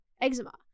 eczema